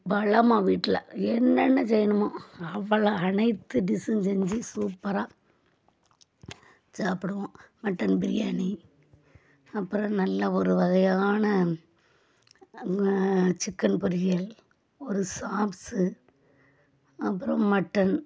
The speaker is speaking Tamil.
வளமாக வீட்டில என்னென்ன செய்யணுமோ அவ்வளோ அனைத்து டிஸ்ஸும் செஞ்சு சூப்பராக சாப்பிடுவோம் மட்டன் பிரியாணி அப்புறம் நல்லா ஒரு வகையான சிக்கன் பொரியல் ஒரு சாப்ஸு அப்புறம் மட்டன்